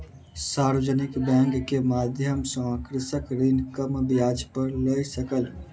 सार्वजानिक बैंक के माध्यम सॅ कृषक ऋण कम ब्याज पर लय सकल